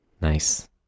Nice